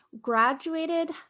graduated